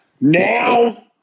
Now